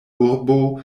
urbo